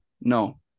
no